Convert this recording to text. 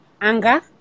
anger